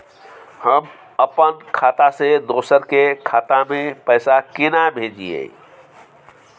हम अपन खाता से दोसर के खाता में पैसा केना भेजिए?